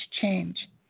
change